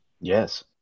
Yes